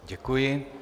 Děkuji.